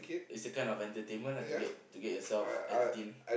it's a kind of entertainment lah to get to get yourself entertained